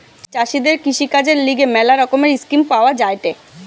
চাষীদের কৃষিকাজের লিগে ম্যালা রকমের স্কিম পাওয়া যায়েটে